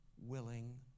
willing